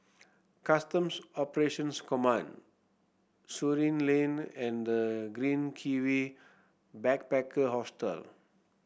Customs Operations Command Surin Lane and The Green Kiwi Backpacker Hostel